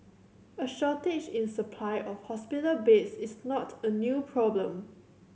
a shortage in supply of hospital beds is not a new problem